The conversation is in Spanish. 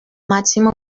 máximo